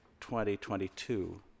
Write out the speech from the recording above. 2022